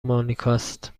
مانیکاست